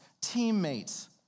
teammates